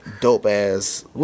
dope-ass